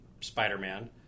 Spider-Man